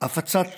הפצת